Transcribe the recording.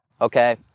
okay